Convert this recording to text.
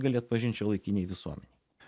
gali atpažint šiuolaikinėj visuomenėj